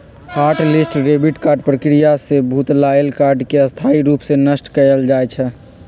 hot list debit card प्रक्रिया से भुतलायल कार्ड के स्थाई रूप से नष्ट कएल जाइ छइ